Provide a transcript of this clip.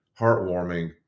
heartwarming